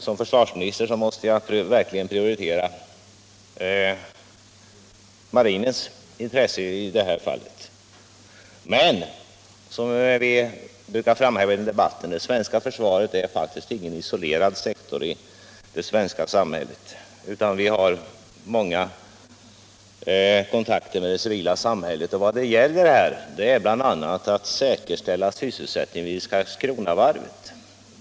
Som försvarsminister måste jag i detta fall prioritera marinens intresse. Men, som vi brukar framhålla i debatten, det svenska försvaret är ingen isolerad sektor i vårt samhälle. Försvaret har också många kontakter i det civila samhället, och i samband med den nu aktuella frågan gäller det bl.a. att säkerställa sysselsättningen vid Karlskronavarvet.